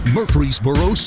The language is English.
Murfreesboro